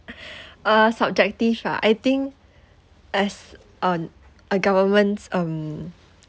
uh subjective ah I think as on a government's um